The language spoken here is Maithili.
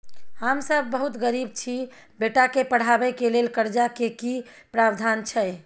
हम सब बहुत गरीब छी, बेटा के पढाबै के लेल कर्जा के की प्रावधान छै?